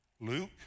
Luke